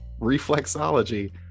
reflexology